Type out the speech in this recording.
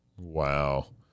Wow